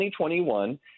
2021